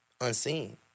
unseen